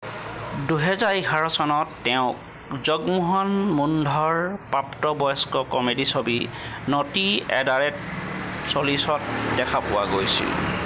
দুহেজাৰ এঘাৰ চনত তেওঁক জগমোহন মুন্ধ্ৰৰ প্ৰাপ্তবয়স্ক কমেডী ছবি নটি এট দ্যা ৰেট চল্লিছত দেখা পোৱা গৈছিল